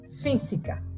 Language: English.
física